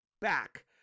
back